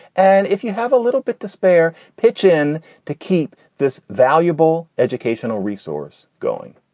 and if you have a little bit to spare, pitch in to keep this valuable educational resource going.